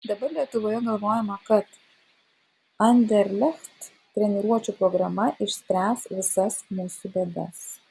dabar lietuvoje galvojama kad anderlecht treniruočių programa išspręs visas mūsų bėdas